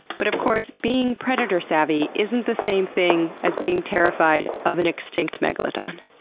but of course, being predator savvy isn't the same thing as being terrified of an extinct megalodon.